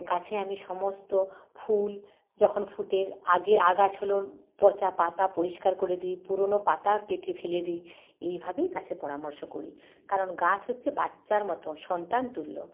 গাছে আমি সমস্ত ফুল যখন ফুটে আগে আগাছালোর পচা পাতা পরিষ্কার করে দিই পুরোনো পাতা কেটে ফেলে দিই এইভাবেই গাছের পরামর্শ করি কারণ গাছ হচ্ছে বাচ্চার মতন সন্তানতুল্য